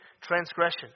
transgression